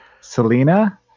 Selena